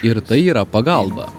ir tai yra pagalba